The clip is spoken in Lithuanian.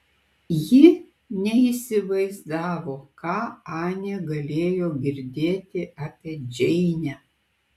ji neįsivaizdavo ką anė galėjo girdėti apie džeinę